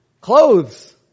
Clothes